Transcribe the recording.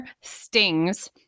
stings